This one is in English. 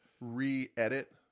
re-edit